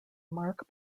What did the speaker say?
mark